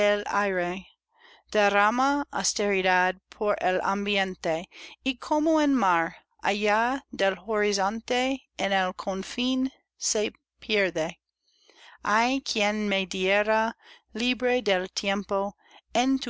derrama austeridad por el ambiente y como en mar allá del horizonte en el confín se pierde iay quien me diera libre del tiempo